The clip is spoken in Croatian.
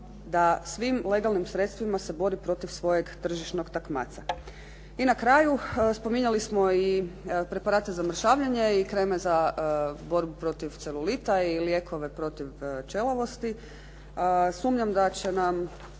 da svim legalnim sredstvima se bori protiv svojeg tržišnog takmaca. I na kraju, spominjali smo i preparate za mršavljenje i kreme za borbu protiv celulita i lijekove protiv ćelavosti. Sumnjam da ćemo